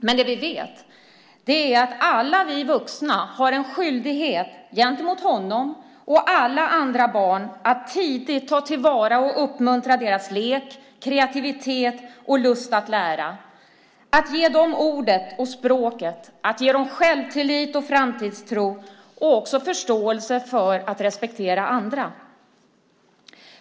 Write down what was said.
Men det vi vet är att alla vi vuxna har en skyldighet gentemot honom och alla andra barn att tidigt ta till vara och uppmuntra deras lek, kreativitet och lusten att lära. Vi har en skyldighet att ge dem ordet och språket, att ge dem självtillit, framtidstro och också förståelse för att man ska respektera andra.